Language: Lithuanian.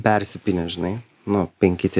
persipynę žinai nu penki tie